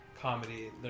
Comedy